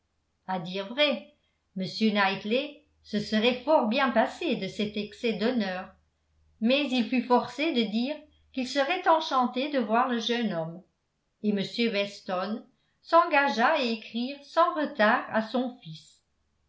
à dire vrai m knightley se serait fort bien passé de cet excès d'honneur mais il fut forcé de dire qu'il serait enchanté de voir le jeune homme et m weston s'engagea à écrire sans retard à son fils